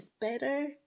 better